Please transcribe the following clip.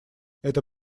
это